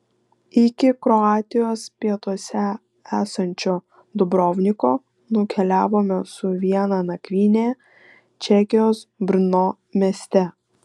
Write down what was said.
iki kroatijos pietuose esančio dubrovniko nukeliavome su viena nakvyne čekijos brno mieste